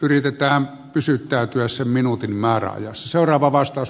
yritetään pysyttäytyä sen minuutin määräajassa